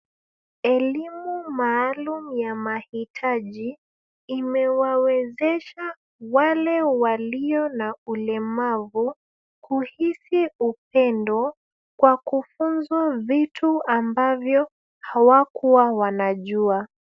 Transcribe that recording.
Elimu maalum ya mahitaji imewawezesha wale walio na ulemavu kuhisi upendo kwa kufunzwa vitu ambavyo hawakuwa wanajua.